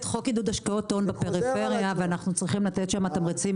ככל שיש החלטת ממשלה נשמח להיות פעילים מאוד ולהמשיך לתמוך מקצועית.